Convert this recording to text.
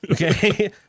Okay